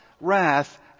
wrath